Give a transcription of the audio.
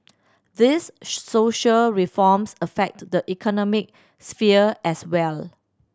these social reforms affect the economic sphere as well